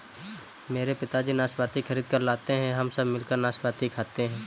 मेरे पिताजी नाशपाती खरीद कर लाते हैं हम सब मिलकर नाशपाती खाते हैं